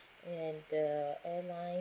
and the airline